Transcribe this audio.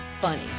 funny